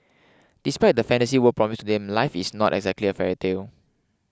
despite the fantasy world promised them life is not exactly a fairy tale